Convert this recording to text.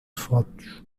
fotos